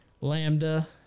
Lambda